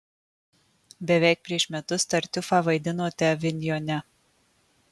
beveik prieš metus tartiufą vaidinote avinjone